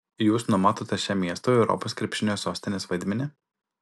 jūs numatote šiam miestui europos krepšinio sostinės vaidmenį